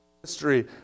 history